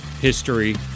History